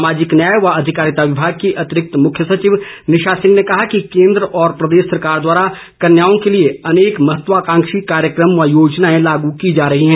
सामाजिक न्याय व अधिकारिता विभाग की अतिरिक्त मुख्य सचिव निशा सिंह ने कहा कि केन्द्र व प्रदेश सरकार द्वारा कन्याओं के लिए अनेक महत्वकांक्षी कार्यक्रम व योजनाएं लागू की जा रही हैं